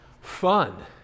fun